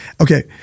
Okay